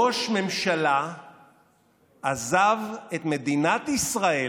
ראש ממשלה עזב את מדינת ישראל